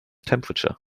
temperature